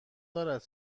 دارد